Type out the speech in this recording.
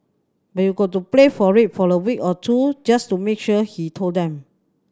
but you've got to play for it for a week or two just to make sure he told them